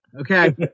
Okay